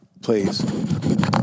Please